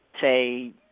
say